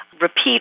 repeat